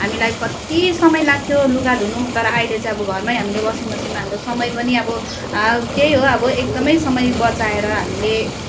हामीलाई कति समय लाग्थ्यो लुगा धुनु तर अहिले चाहिँ अब घरमै हामीले वासिङ मसिनमा हाम्रो समय पनि अब त्यही हो अब एकदमै समय बचाएर हामीले